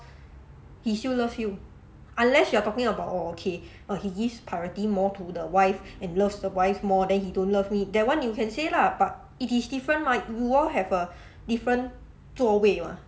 he still loves you unless you're talking about orh okay err he gives priority more to the wife and loves the wife more then he don't love me that one you can say lah but it is different right you all have a different 座位 mah